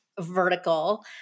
vertical